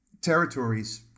territories